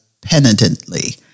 penitently